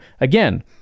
again